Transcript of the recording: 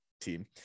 team